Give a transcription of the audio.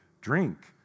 drink